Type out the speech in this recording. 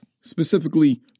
specifically